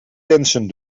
wensen